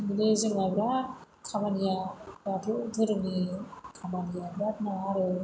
बिदि जोंहा बिराथ खामानिया बाथौ दोरोमनि खामानिया बिराथ माबा आरो